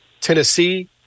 Tennessee